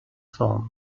film